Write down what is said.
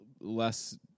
less